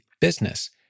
business